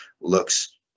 looks